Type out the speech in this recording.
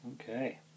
Okay